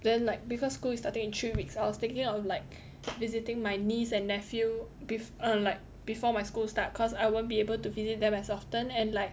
then like because school is starting in three weeks I was thinking of like visiting my niece and nephew with uh like before my school start cause I won't be able to visit them as often and like